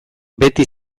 beti